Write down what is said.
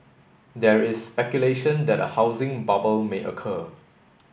there is speculation that a housing bubble may occur